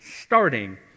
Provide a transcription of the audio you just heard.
starting